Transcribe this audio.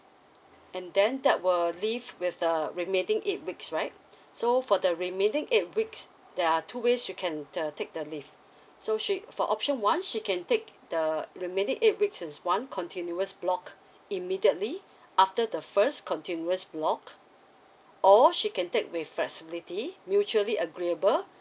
and then that will leave with the remaining eight weeks right so for the remaining eight weeks there are two ways you can uh take the leave so she for option one she can take the remaining eight weeks is one continuous block immediately after the first continuous block or she can take with flexibility mutually agreeable